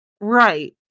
Right